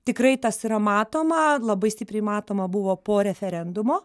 tikrai tas yra matoma labai stipriai matoma buvo po referendumo